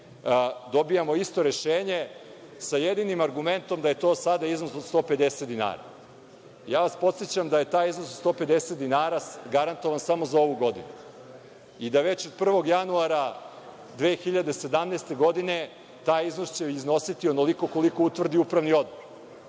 dobijamo isto rešenje, sa jedinim argumentom da je to sada iznos od 150 dinara. Podsećam vas da je taj iznos od 150 dinara garantovan samo za ovu godinu i da već od 1. januara 2017. godine taj iznos će iznositi onoliko koliko utvrdi upravni odbor.